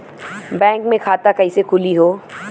Bank मे खाता कईसे खुली हो?